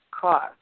cost